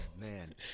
man